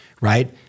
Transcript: right